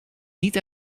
niet